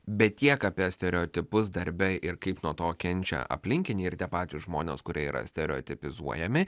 bet tiek apie stereotipus darbe ir kaip nuo to kenčia aplinkiniai ir tie patys žmonės kurie yra stereotipizuojami